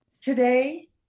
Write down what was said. today